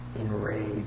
enraged